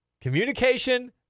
communication